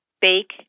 bake